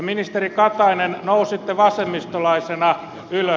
ministeri katainen nousitte vasemmistolaisena ylös